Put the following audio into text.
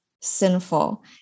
sinful